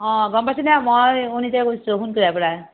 অঁ গম পাইছেনে মই অনিতাই কৈছোঁ পৰা